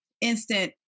instant